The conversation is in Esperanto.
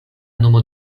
nomo